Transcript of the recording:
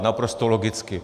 Naprosto logicky.